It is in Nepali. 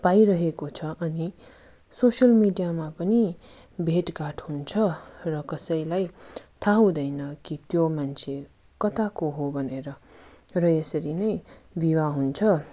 पाइरहेको छ अनि सोसियल मिडियामा पनि भेटघाट हुन्छ र कसैलाई थाह हुँदैन कि त्यो मान्छे कताको हो भनेर र यसरी नै विवाह हुन्छ